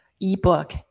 ebook